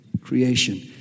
creation